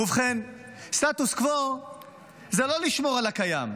ובכן, סטטוס קוו זה לא לשמור על הקיים,